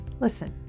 Listen